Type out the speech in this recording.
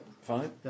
fine